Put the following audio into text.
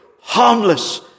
harmless